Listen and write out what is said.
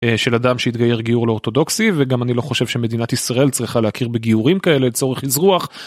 של אדם שהתגייר גיור לא אורתודוקסי וגם אני לא חושב שמדינת ישראל צריכה להכיר בגיורים כאלה לצורך איזרוח.